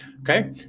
okay